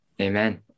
amen